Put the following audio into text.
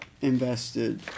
invested